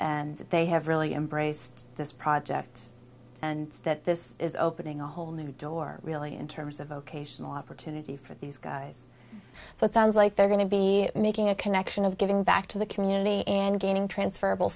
and they have really embraced this project and that this is opening a whole new door really in terms of vocational opportunity for these guys so it sounds like they're going to be making a connection of giving back to the community and gaining transferable